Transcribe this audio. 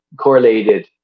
correlated